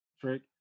Trick